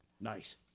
Nice